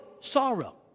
sorrow